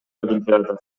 олимпиада